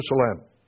Jerusalem